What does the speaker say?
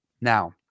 Now